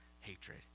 hatred